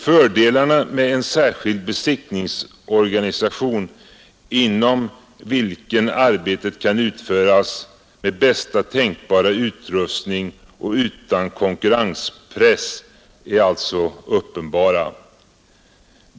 Fördelarna med en särskild besiktningsorganisation, inom vilken arbetet kan utföras med bästa tänkbara utrustning och utan konkurrenspress, är alltså uppenbara.